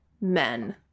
men